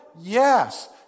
Yes